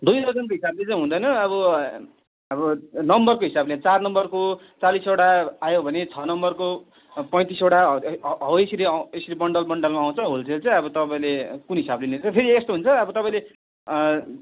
दुई दर्जनको हिसाबले चाहिँ हुँदैन अब अब नम्बरको हिसाबले चार नम्बरको चालिसवटा आयो भने छ नम्बरको पैँतिसवटा हो यसरी यसरी बन्डल बन्डलमा आउँछ होलसेल चाहिँ अब तपाईँले कुन हिसाबले लिन्छ फेरि यस्तो हुन्छ अब तपाईँले